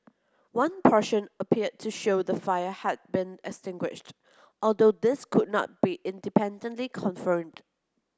one portion appeared to show the fire had been extinguished although this could not be independently confirmed